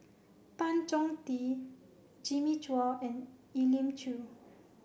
Tan Chong Tee Jimmy Chua and Elim Chew